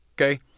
okay